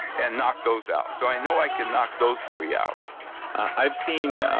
and knocked those out. so, i know i can knock those three out i've seen